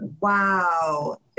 wow